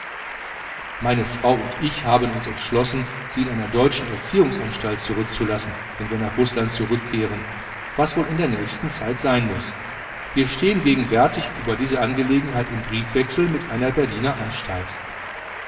meine frau und ich haben uns entschlossen sie in einer deutschen erziehungsanstalt zurückzulassen wenn wir nach rußland zurückkehren was wohl in der nächsten zeit sein muß wir stehen gegenwärtig über diese angelegenheit in briefwechsel mit einer berliner anstalt